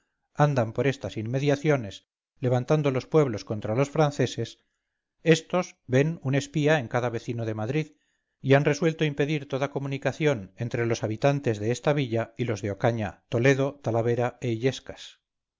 andan por estas inmediaciones levantando los pueblos contra los franceses estos ven un espía en cada vecino de madrid y han resuelto impedir toda comunicación entre los habitantes de esta villa y los de ocaña toledo talavera